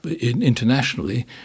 internationally